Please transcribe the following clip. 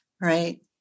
right